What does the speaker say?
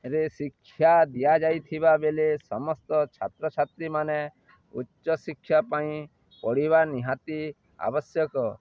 ରେ ଶିକ୍ଷା ଦିଆଯାଇଥିବା ବେଲେ ସମସ୍ତ ଛାତ୍ରଛାତ୍ରୀମାନେ ଉଚ୍ଚ ଶିକ୍ଷା ପାଇଁ ପଢ଼ିବା ନିହାତି ଆବଶ୍ୟକ